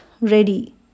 ready